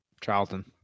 Charlton